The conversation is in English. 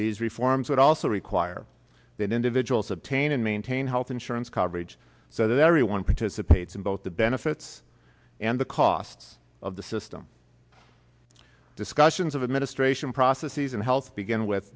these reforms would also require that individuals obtain and maintain health insurance coverage so that everyone participates in both the benefits and the costs of the system discussions of administration processes and health began with